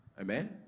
Amen